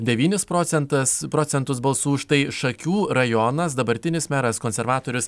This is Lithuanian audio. devynis procentus procentus balsų už tai šakių rajonas dabartinis meras konservatorius